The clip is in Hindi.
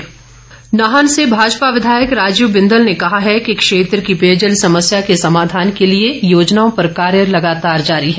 बिंदल नाहन से भाजपा विधायक राजीव बिंदल ने कहा है कि क्षेत्र की पेयजल समस्या के समाधान के लिए योजनाओं पर कार्य लगातार जारी है